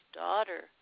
daughter